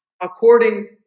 according